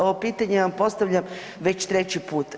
Ovo pitanje vam postavljam već treći put.